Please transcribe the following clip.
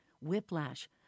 whiplash